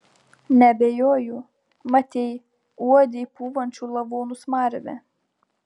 neabejoju matei uodei pūvančių lavonų smarvę